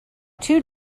two